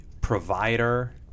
provider